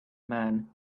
man